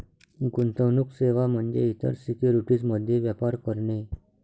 गुंतवणूक सेवा म्हणजे इतर सिक्युरिटीज मध्ये व्यापार करणे